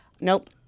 nope